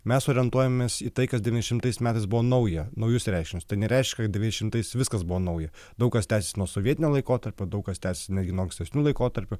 mes orientuojamės į tai kas devyniasdešimtais metais buvo nauja naujus reiškinius tai nereiškia kad devyniasdešimtais viskas buvo nauja daug kas tęsės nuo sovietinio laikotarpio daug kas tęsės netgi nuo ankstesnių laikotarpių